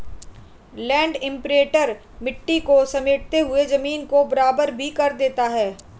land imprinter मिट्टी को समेटते हुए जमीन को बराबर भी कर देता है